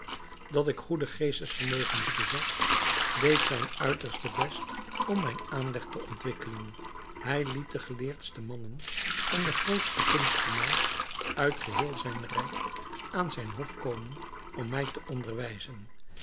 dat ik goede geestvermogens bezat deed zijn uiterste best om mijn aanleg te ontwikkelen hij liet de geleerdste mannen en de grootste kunstenaars uit geheel zijn rijk aan zijn hof komen om mij te onderwijzen